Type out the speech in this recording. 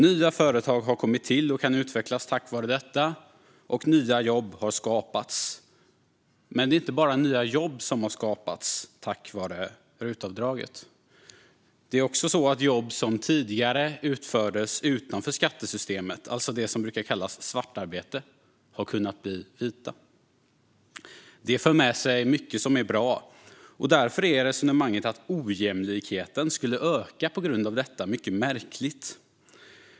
Nya företag har kommit till och kan utvecklas tack vare RUT-avdraget, och nya jobb har skapats. Men det är inte bara nya jobb som har skapats tack vare RUT-avdraget, utan det är också så att jobb som tidigare utfördes utanför skattesystemet - alltså det som brukar kallas svartarbete - har kunnat bli vita. Detta för med sig mycket som är bra, och därför är resonemanget om att ojämlikheten skulle öka på grund av RUT-avdraget mycket märkligt.